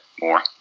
more